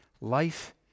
life